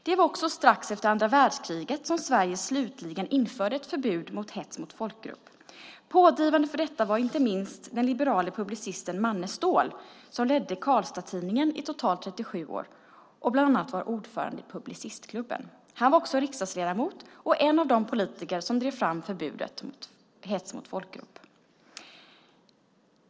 Det var också strax efter andra världskriget som Sverige slutligen införde ett förbud mot hets mot folkgrupp. Pådrivande för detta var inte minst den liberale publicisten Manne Ståhl som ledde Karlstads-Tidningen i totalt 37 år och bland annat var ordförande i Publicistklubben. Han var också riksdagsledamot och en av de politiker som drev fram förbudet mot hets mot folkgrupp.